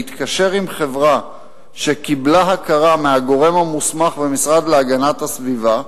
להתקשר עם חברה שקיבלה הכרה מהגורם המוסמך במשרד להגנת הסביבה,